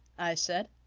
i said.